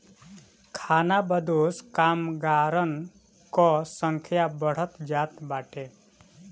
खानाबदोश कामगारन कअ संख्या बढ़त जात बाटे